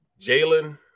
Jalen